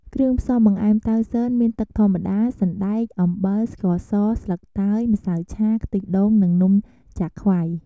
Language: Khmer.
គ្រឿងផ្សំបង្អែមតៅស៊នមាន ទឺកធម្មតា សណ្តែក អំបិល ស្ករស ស្លឹកតយ ម្សៅឆា ខ្ទិះដូង និងនំចាខ្វៃ។